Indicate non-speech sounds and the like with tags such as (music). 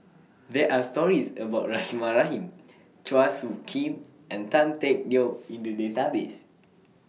(noise) There Are stories about Rahimah Rahim Chua Soo Khim (noise) and Tan Teck Neo (noise) in The Database